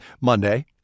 Monday